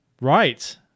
Right